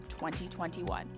2021